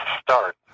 start